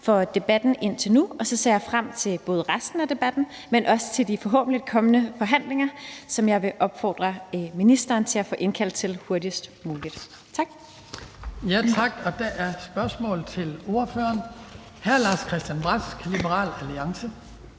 for debatten indtil nu, og så ser jeg frem til både resten af debatten, men også til de forhåbentlig kommende forhandlinger, som jeg vil opfordre ministeren til at få indkaldt til hurtigst muligt. Tak. Kl. 19:59 Den fg. formand (Hans Kristian Skibby): Tak, og der er spørgsmål til ordføreren. Hr. Lars-Christian Brask, Liberal Alliance.